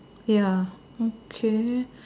ya okay